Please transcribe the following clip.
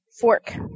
fork